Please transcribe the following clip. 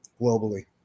globally